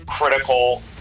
critical